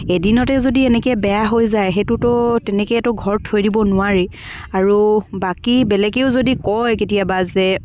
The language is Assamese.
এদিনতে যদি এনেকৈ বেয়া হৈ যায় সেইটোতো তেনেকৈতো ঘৰত থৈ দিব নোৱাৰি আৰু বাকী বেলেগেও যদি কয় কেতিয়াবা যে